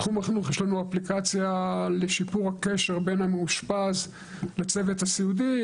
בתחום החינוך יש לנו אפליקציה לשיפור הקשר בין המאושפז לצוות הסיעודי.